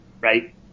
Right